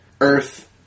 Earth